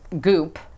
goop